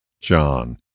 John